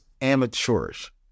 amateurish